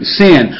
sin